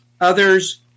Others